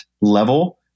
level